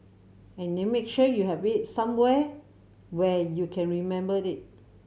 and then make sure you have it somewhere where you can remember it